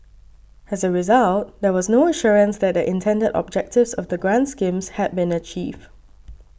as a result there was no assurance that the intended objectives of the grant schemes had been achieved